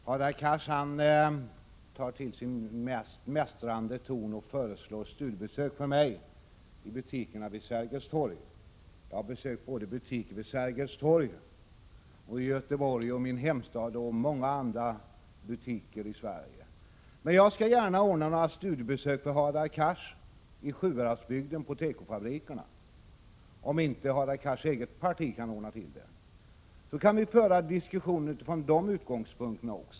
Fru talman! Hadar Cars tar till sin mest mästrande ton och föreslår att jag skall göra studiebesök i butikerna vid Sergels torg. Jag har besökt butiker både vid Sergels torg här i Stockholm, i Göteborg, i min hemstad och på många andra ställen i Sverige. Jag skall gärna ordna några studiebesök för Hadar Cars på tekofabrikerna i Sjuhäradsbygden, om inte Hadar Cars eget parti kan ordna det. Sedan kan vi föra en diskussion från de utgångspunkterna.